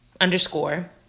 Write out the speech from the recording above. underscore